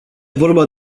vorba